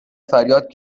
فریاد